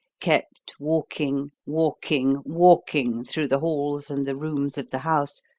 kept walking, walking, walking through the halls and the rooms of the house,